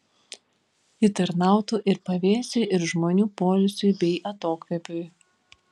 ji tarnautų ir pavėsiui ir žmonių poilsiui bei atokvėpiui